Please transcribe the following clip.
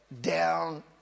down